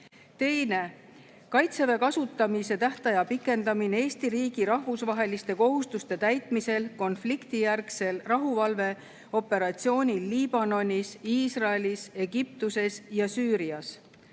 Teine, "Kaitseväe kasutamise tähtaja pikendamine Eesti riigi rahvusvaheliste kohustuste täitmisel konfliktijärgsel rahuvalveoperatsioonil Liibanonis, Iisraelis, Egiptuses ja Süürias".